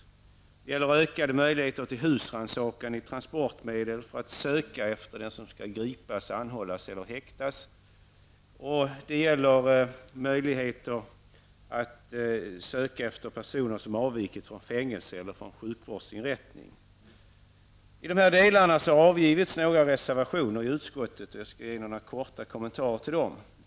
Det gäller vidare ökade möjligheter till husrannsakan i transportmedel för att söka efter den som skall gripas, anhållas eller häktas. Det gäller dessutom möjligheter att söka efter personer som har avvikit från fängelse eller från sjukvårdsinrättning. I dessa delar har avgivits några reservationer i utskottet, och jag skall ge några korta kommentarer till dem.